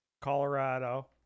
colorado